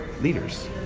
leaders